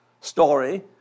story